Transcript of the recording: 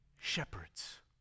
shepherds